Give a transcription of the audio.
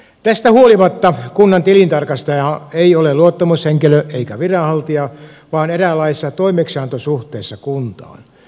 tästä huolimatta kunnan tilintarkastaja ei ole luottamushenkilö eikä viranhaltija vaan eräänlaisessa toimeksiantosuhteessa kuntaan